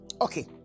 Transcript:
Okay